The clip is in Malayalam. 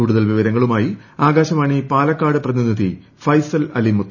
കൂടുതൽ വിവരങ്ങളുമായി ആകാശവാണി പാലക്കാട് പ്രതിനിധി ഫൈസൽ അലിമുത്ത്